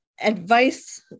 Advice